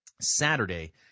Saturday